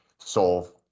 solve